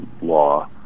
law